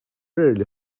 rarely